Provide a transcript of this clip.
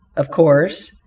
of course,